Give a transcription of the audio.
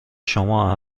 شما